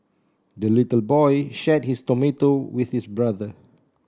the little boy shared his tomato with his brother